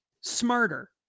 smarter